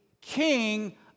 king